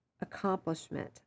accomplishment